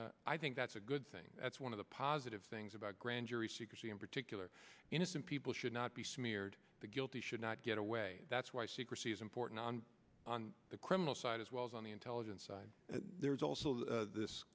charge i think that's a good thing that's one of the positive things about grand jury secrecy in particular innocent people should not be smeared the guilty should not get away that's why secrecy is important and on the criminal side as well as on the intelligence side there's also this